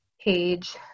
page